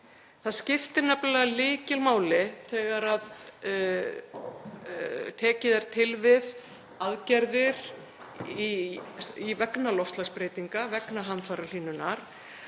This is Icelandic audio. Það skiptir nefnilega lykilmáli þegar tekið er til við aðgerðir vegna loftslagsbreytinga, vegna hamfarahlýnunar